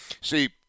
see